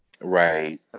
Right